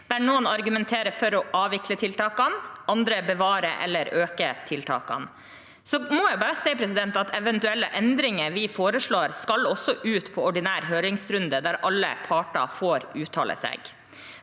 noen argumenterer for å avvikle tiltakene, andre for å bevare eller øke dem. Eventuelle endringer vi foreslår, skal også ut på ordinær høringsrunde der alle parter får uttale seg.